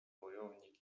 wojownik